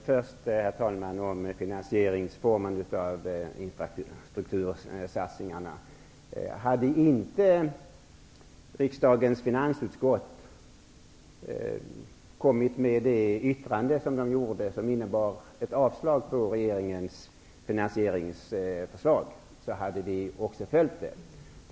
Herr talman! Jag vill först säga något om finansieringsformen när det gäller infrastruktursatsningarna. Om riksdagens finansutskott inte hade kommit med sitt yttrande, som innebar att regeringens förslag avstyrktes, hade vi följt det.